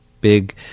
big